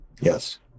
Yes